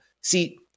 see